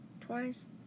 twice